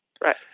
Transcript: right